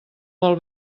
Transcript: vol